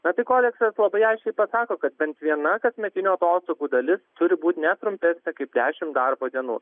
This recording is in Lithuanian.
na tai kodeksas labai aiškiai pasako kad bent viena kasmetinių atostogų dalis turi būti ne trumpesnė kaip dešimt darbo dienų